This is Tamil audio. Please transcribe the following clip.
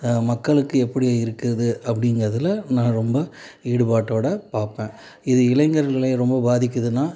த மக்களுக்கு எப்படி இருக்குது அப்படிங்கிறதுல நான் ரொம்ப ஈடுபாட்டோடு பார்ப்பேன் இது இளைஞர்களை ரொம்ப பாதிக்குதுனால்